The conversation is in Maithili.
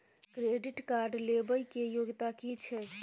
क्रेडिट कार्ड लेबै के योग्यता कि छै?